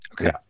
Okay